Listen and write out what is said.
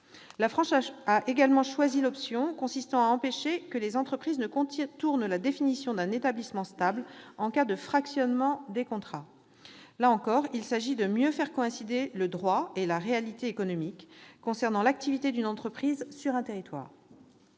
La France a également choisi l'option consistant à empêcher que les entreprises ne contournent la définition d'un établissement stable en cas de fractionnement des contrats. Là encore, il s'agit de mieux faire coïncider le droit et la réalité économique quant à l'activité d'une entreprise sur un territoire.